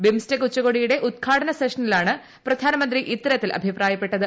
BIMSTEC ഉച്ചകോടിയുടെ ഉദ്ഘാടന സെഷനിലാണ് പ്രധാനമന്ത്രി ഇത്തരത്തിൽ അഭിപ്രായപ്പെട്ടത്